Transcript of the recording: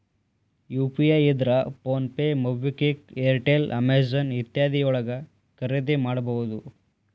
UPI ಇದ್ರ PhonePe MobiKwik Airtel Amazon ಇತ್ಯಾದಿ ಯೊಳಗ ಖರಿದಿಮಾಡಬಹುದು